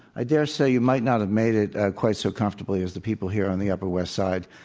i dare say you might not have made it quite so comfortably as the people here on the upper west side.